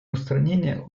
устранения